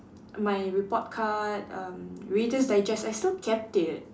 my report card erm reader's digest I still kept it